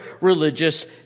religious